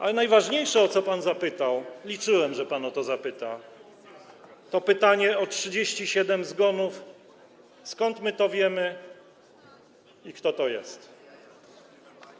Ale najważniejsze, o co pan zapytał, liczyłem, że pan o to zapyta, to pytanie o 37 zgonów, skąd my to wiemy i kto to jest.